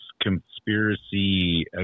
conspiracy